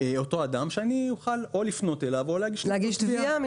כדי שהוא יוכל או לפנות אליו או להגיש תביעה.